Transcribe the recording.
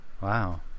Wow